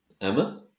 Emma